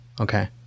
okay